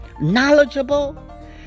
knowledgeable